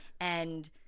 And-